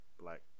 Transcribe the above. Black